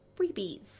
freebies